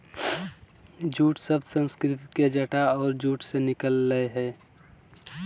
jute शब्द संस्कृत के जटा और जूट से निकल लय हें